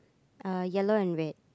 uh yellow and red